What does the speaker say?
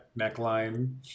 neckline